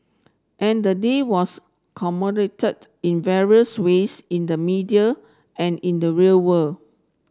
and the day was commemorated in various ways in the media and in the real world